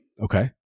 Okay